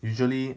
usually